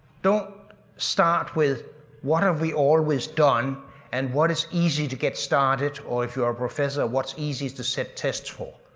don't start with what have we always done and what is easy to get started or if you are a professor, what's easiest to set tests for?